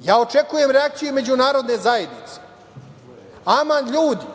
Ja očekujem reakcije Međunarodne zajednice. Aman, ljudi